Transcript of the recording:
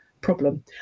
problem